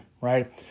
right